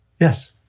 Yes